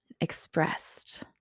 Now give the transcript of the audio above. expressed